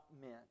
meant